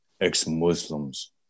ex-Muslims